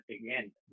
again